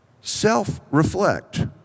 Self-reflect